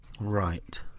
Right